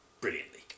brilliantly